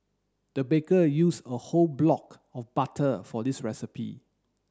the baker use a whole block of butter for this recipe